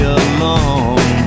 alone